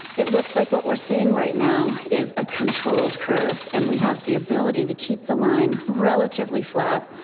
it looks like what we're seeing right now is a controlled curve, and we have the ability to keep the line relatively flat.